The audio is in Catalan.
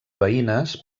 veïnes